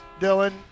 Dylan